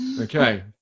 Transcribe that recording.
Okay